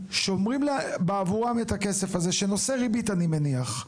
שומרים בעבורם את הכסף הזה שנושא ריבית אני מניח,